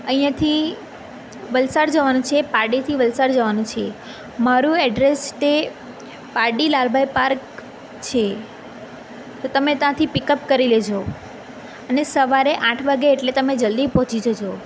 અહીંયાંથી વલસાડ જવાનું છે પારડીથી વલસાડ જવાનું છે મારું એડ્રેસ તે પારડી લાલભાઈ પાર્ક છે તો તમે ત્યાંથી પિકઅપ કરી લેજો અને સવારે આઠ વાગે એટલે તમે જલદી પહોંચી જજો